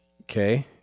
Okay